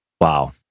wow